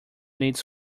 needs